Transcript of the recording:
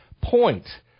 point